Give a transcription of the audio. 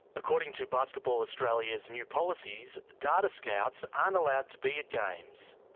according to basketball australia's new policy, data scouts aren't allowed to be at games,